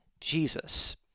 Jesus